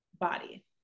body